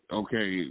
okay